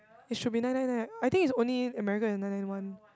it should be nine nine nine I think is only America is nine nine one